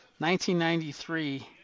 1993